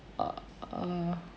err err